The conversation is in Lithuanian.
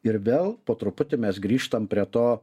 ir vėl po truputį mes grįžtam prie to